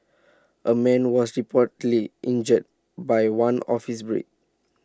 A man was reportedly injured by one of his bricks